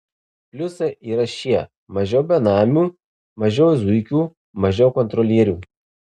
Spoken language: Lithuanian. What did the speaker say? pliusai yra šie mažiau benamių mažiau zuikių mažiau kontrolierių